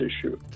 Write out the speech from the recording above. issue